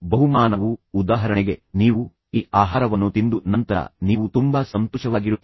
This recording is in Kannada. ಬಹುಮಾನವು ಉದಾಹರಣೆಗೆ ನೀವು ಈ ಆಹಾರವನ್ನು ತಿಂದು ನಂತರ ನೀವು ತುಂಬಾ ಸಂತೋಷವಾಗಿರುತ್ತೀರಿ